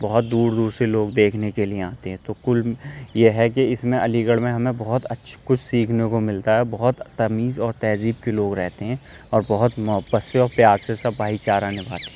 بہت دور دور سے لوگ دیکھنے کے لیے آتے ہیں تو کل یہ ہے کہ اس میں علی گڑھ میں ہمیں بہت کچھے کچھ سیکھنے کو ملتا ہے اور بہت تمیز اور تہذیب کے لوگ رہتے ہیں اور بہت محبت سے اور پیار سے سب بھائی چارہ نبھاتے ہیں